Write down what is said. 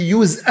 use